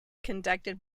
conducted